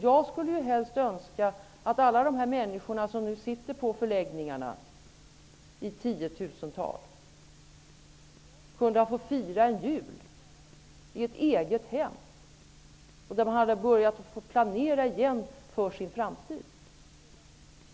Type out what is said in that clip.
Jag skulle helst önska att alla de människor som nu sitter ute på förläggningarna, i tiotusental, kunde ha fått fira jul i ett eget hem och börja planera igen för sin framtid.